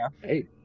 Hey